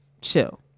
chill